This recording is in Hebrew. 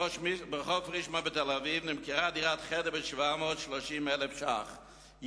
"ברחוב פרישמן בתל-אביב נמכרה דירת חדר ב-730,000 שקלים,